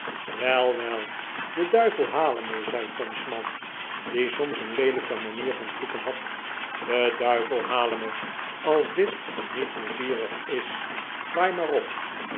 wel wel de'duivel hale me zei tom smart die soms een leelijke manier van vloeken had de duivel hale me als dit niet pleizierig is waai maar